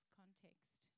context